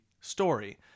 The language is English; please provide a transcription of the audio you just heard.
story